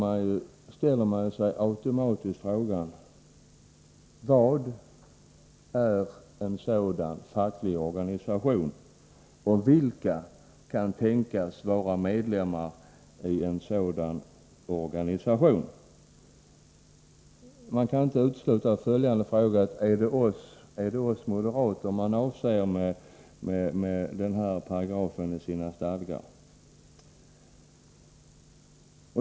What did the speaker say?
Man ställer sig automatiskt frågan: Vad menas med ”fientlig organisation”, och vilka kan tänkas vara medlemmar i en sådan organisation? Jag kan inte utesluta följande fråga: Är det oss moderater man avser med denna paragraf i sina stadgar?